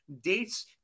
dates